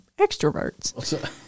extroverts